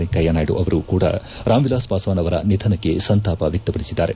ವೆಂಕಯ್ಯನಾಯ್ಡ ೇವರೂ ಕೂಡ ರಾಮ್ ವಿಲಾಸ್ ಪಾಸ್ಟಾನ್ ಅವರ ನಿಧನಕ್ಕೆ ಸಂತಾಪ ವ್ಯಕ್ತಪಡಿಸಿದ್ದಾರೆ